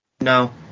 No